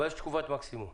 אבל יש תקופת מקסימום.